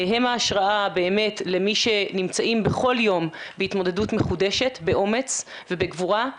הם ההשראה באמת למי שנמצאים בכל יום בהתמודדות מחודשת באומץ ובגבורה,